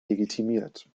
legitimiert